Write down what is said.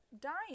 dying